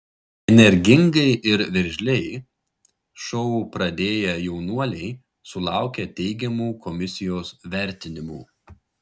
energingai ir veržliai šou pradėję jaunuoliai sulaukė teigiamų komisijos vertinimų